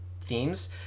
themes